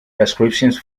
prescriptions